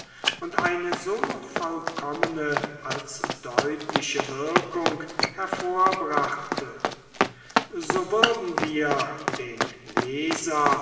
und eine so vollkommene als deutliche wirkung hervorbrachte so würden wir den leser